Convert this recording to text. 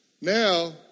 Now